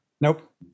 Nope